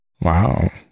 Wow